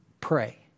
Pray